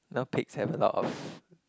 you know pigs have a lot of